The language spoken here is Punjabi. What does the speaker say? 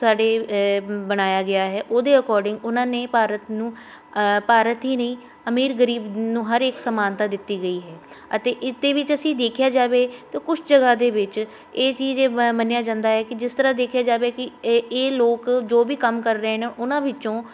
ਸਾਡੇ ਬਣਾਇਆ ਗਿਆ ਹੈ ਉਹਦੇ ਅਕੋਡਿੰਗ ਉਹਨਾਂ ਨੇ ਭਾਰਤ ਨੂੰ ਭਾਰਤ ਹੀ ਨਹੀਂ ਅਮੀਰ ਗਰੀਬ ਨੂੰ ਹਰ ਇੱਕ ਸਮਾਨਤਾ ਦਿੱਤੀ ਗਈ ਹੈ ਅਤੇ ਇਸਦੇ ਵਿੱਚ ਅਸੀਂ ਦੇਖਿਆ ਜਾਵੇ ਤਾਂ ਕੁਛ ਜਗ੍ਹਾ ਦੇ ਵਿੱਚ ਇਹ ਚੀਜ਼ ਏ ਮ ਮੰਨਿਆਂ ਜਾਂਦਾ ਹੈ ਕਿ ਜਿਸ ਤਰ੍ਹਾਂ ਦੇਖਿਆ ਜਾਵੇ ਕਿ ਇਹ ਇਹ ਲੋਕ ਜੋ ਵੀ ਕੰਮ ਕਰ ਰਹੇ ਨੇ ਉਹਨਾਂ ਵਿੱਚੋਂ